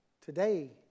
Today